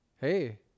Hey